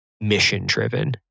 mission-driven